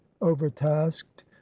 overtasked